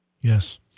Yes